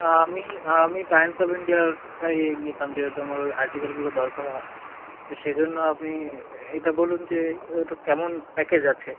আমি আমি Times of ইন্ডিয়াটাই নিতাম যেহেতু আমার ওই আর্টিকেলগুলো দরকার হয় তো সেজন্য আপনি এটা বলুন যে ওটা কেমন প্যাকেজ আছে